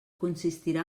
consistirà